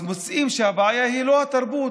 אז מוצאים שהבעיה היא לא התרבות,